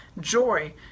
joy